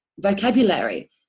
Vocabulary